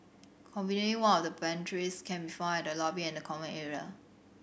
conveniently one of the pantries can be found at the lobby and common area